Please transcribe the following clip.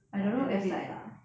like the left side ah